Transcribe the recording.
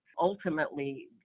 ultimately